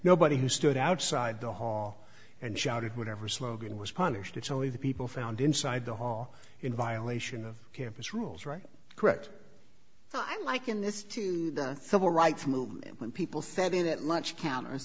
nobody who stood outside the hall and shouted whatever slogan was punished it's only the people found inside the hall in violation of campus rules right correct i liken this to the civil rights movement when people sat in that much